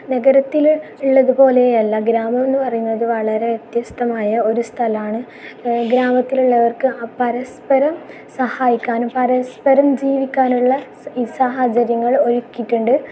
നഗരത്തിൽ ഉള്ളത് പോലെ അല്ല ഗ്രാമമെന്നു പറയുന്നത് വളരെ വ്യത്യസ്തമായ ഒരു സ്ഥലമാണ് ഗ്രാമത്തിലുള്ളവർക്ക് പരസ്പരം സഹായിക്കാനും പരസ്പരം ജീവിക്കാനുമുള്ള സാഹചര്യങ്ങൾ ഒരുക്കിയിട്ടുണ്ട്